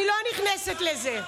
אני לא נכנסת לזה.